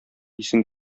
исең